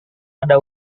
ada